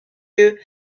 lieu